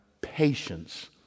patience